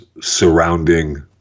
surrounding